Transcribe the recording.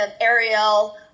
Ariel